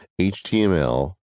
HTML